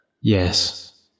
Yes